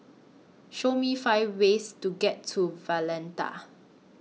Show Me five ways to get to Valletta